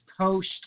post